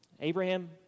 Abraham